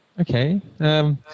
Okay